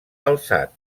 alçat